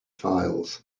files